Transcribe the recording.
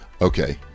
Okay